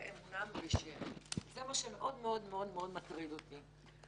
אמונם בשם זה מה שמאוד-מאוד-מאוד מטריד אותי.